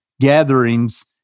gatherings